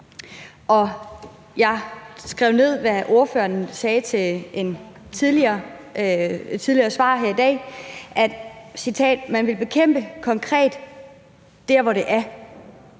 Jeg skrev ned, hvad ordføreren sagde i et tidligere svar her i dag: Man vil bekæmpe det konkret der, hvor det er.